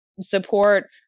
support